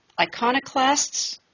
iconoclasts